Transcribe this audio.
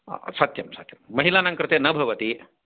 सत्यं सत्यं महिलानां कृते न भवति